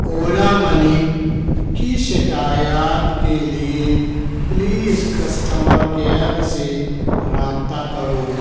اولا منی کی شکایات کے لیے پلیز کسٹمر کیئر سے رابطہ کرو